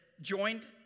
joined